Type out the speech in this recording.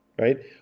Right